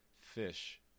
fish